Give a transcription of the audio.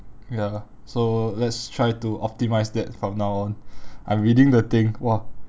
ya so let's try to optimise that from now on I'm reading the thing !wah!